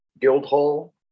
Guildhall